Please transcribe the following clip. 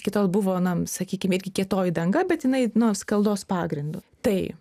iki tol buvo nam sakykim irgi kietoji danga bet jinai na skaldos pagrindu tai